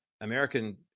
American